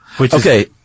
Okay